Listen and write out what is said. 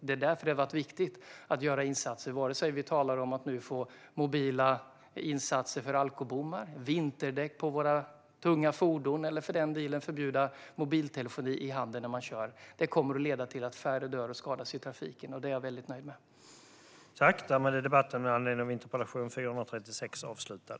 Det är därför det har varit viktigt att göra insatser, vare sig vi talar om mobila insatser för alkobommar, vinterdäck på våra tunga fordon eller för den delen att förbjuda mobiltelefon i handen när man kör. Det kommer att leda till att färre dör och skadas i trafiken, och det är jag nöjd med.